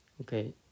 Okay